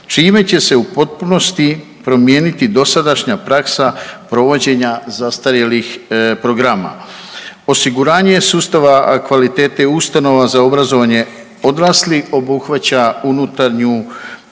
čime će se u potpunosti promijeniti dosadašnja praksa provođenja zastarjelih programa. Osiguranje sustava kvalitete ustanova za obrazovanje odraslih obuhvaća unutarnju,